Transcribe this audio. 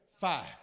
Five